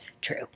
true